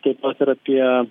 taip pat ir apie